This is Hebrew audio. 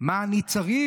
מה אני צריך?